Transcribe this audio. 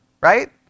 right